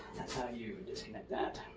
that's how you disconnect that.